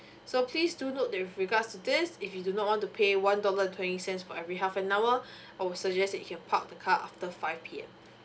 so please do note with regards to this if you do not want to pay one dollar and twenty cents for every half an hour I would suggest that you park the car after five P_M